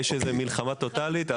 יש מלחמה טוטלית,